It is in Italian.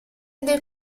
del